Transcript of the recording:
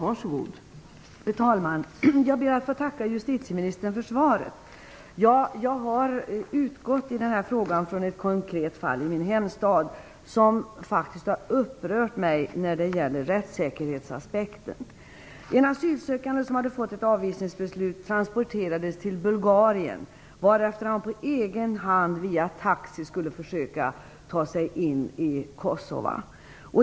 Fru talman! Jag ber att få tacka justitieministern för svaret. När jag ställde den här frågan utgick jag från ett konkret fall i min hemstad som faktiskt har upprört mig när det gäller rättssäkerhetsaspekten. Det handlar om en asylsökande som hade fått ett avvisningsbeslut och som transporterades till Bulgarien, varefter han på egen hand via taxi skulle försöka att ta sig in i Kosova.